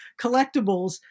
collectibles